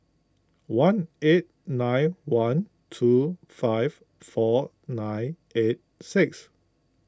one eight nine one two five four nine eight six